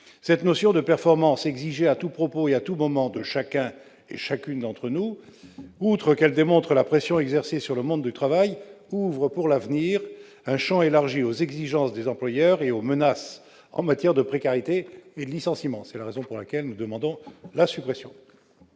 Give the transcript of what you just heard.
Cette notion de « performance » exigée de chacun et de chacune d'entre nous, à tout propos et à tout moment, outre qu'elle démontre la pression exercée sur le monde du travail, ouvre pour l'avenir un champ élargi aux exigences des employeurs et aux menaces en matière de précarité et de licenciements. C'est la raison pour laquelle nous demandons la suppression